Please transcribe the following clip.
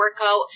workout